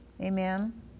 Amen